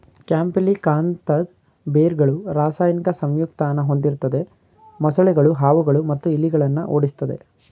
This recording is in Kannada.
ಕ್ಯಾಂಪಿಲಿಕಾಂತದ್ ಬೇರ್ಗಳು ರಾಸಾಯನಿಕ ಸಂಯುಕ್ತನ ಹೊಂದಿರ್ತದೆ ಮೊಸಳೆಗಳು ಹಾವುಗಳು ಮತ್ತು ಇಲಿಗಳನ್ನ ಓಡಿಸ್ತದೆ